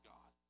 God